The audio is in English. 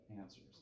answers